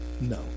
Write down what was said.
No